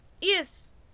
Yes